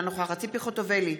אינה נוכחת ציפי חוטובלי,